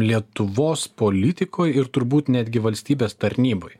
lietuvos politikoj ir turbūt netgi valstybės tarnyboj